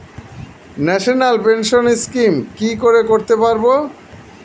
National pension scheme কি করে করতে পারব?